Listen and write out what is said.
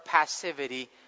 passivity